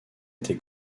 été